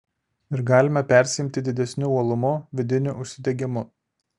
ir galime persiimti didesniu uolumu vidiniu užsidegimu